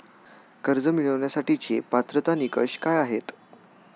कर्ज मिळवण्यासाठीचे पात्रता निकष काय आहेत?